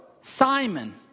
Simon